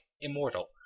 immortal